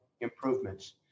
improvements